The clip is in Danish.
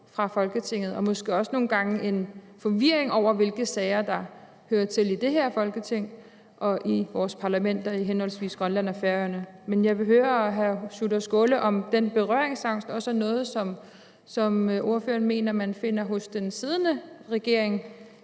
fra Folketingets side. Og måske kan der også nogle gange være en forvirring om, hvilke sager der hører til her i Folketinget, og hvilke sager der hører til i vores parlamenter henholdsvis i Grønland og på Færøerne. Men jeg vil høre hr. Sjúrður Skaale, om den berøringsangst også er noget, som ordføreren mener man finder hos den siddende regering